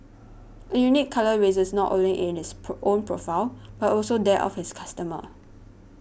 a unique colour raises not only in its pro own profile but also that of its customers